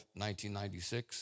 1996